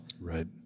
Right